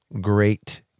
great